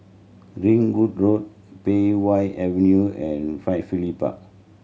Ringwood Road Pei Wah Avenue and Firefly Park